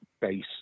base